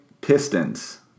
Pistons